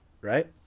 right